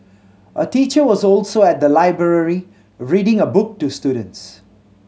a teacher was also at the library reading a book to students